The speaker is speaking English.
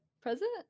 present